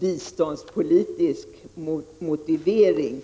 biståndspolitisk motivering.